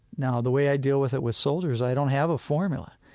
now, the way i deal with it with soldiers, i don't have a formula.